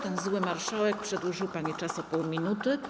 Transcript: Ten zły marszałek przedłużył pani czas o pół minuty.